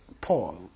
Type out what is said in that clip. Paul